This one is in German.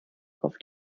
auf